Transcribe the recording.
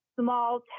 small